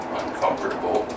uncomfortable